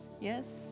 Yes